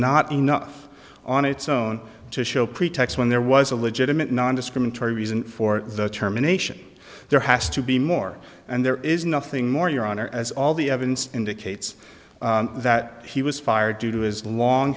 not enough on its own to show pretext when there was a legitimate nondiscriminatory reason for the terminations there has to be more and there is nothing more your honor as all the evidence indicates that he was fired due to his long